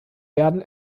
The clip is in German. werden